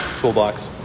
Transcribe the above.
toolbox